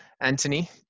Anthony